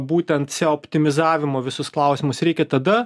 būtent seo optimizavimo visus klausimus reikia tada